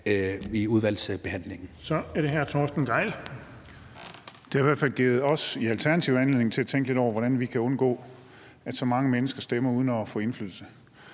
i udvalgsbehandlingen.